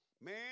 Man